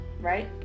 right